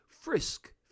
frisk